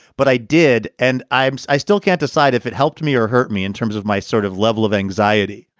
but i did. and i'm. i still can't decide if it helped me or hurt me in terms of my sort of level of anxiety.